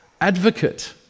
advocate